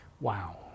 wow